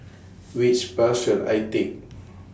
Which Bus should I Take